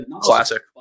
Classic